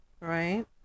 Right